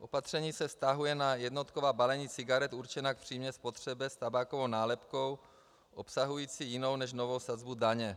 Opatření se vztahuje na jednotková balení cigaret určená k přímé spotřebě s tabákovou nálepkou obsahující jinou než novou sazbu daně.